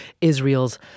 Israel's